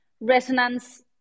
resonance